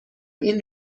این